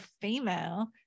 female